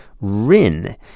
rin